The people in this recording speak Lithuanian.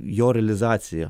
jo realizaciją